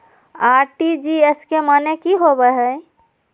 RTGS के माने की होबो है?